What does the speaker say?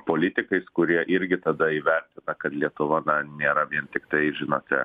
politikais kurie irgi tada įvertina kad lietuva na nėra vien tiktai žinote